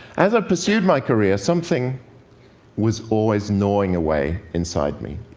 as i pursued my career, something was always gnawing away inside me.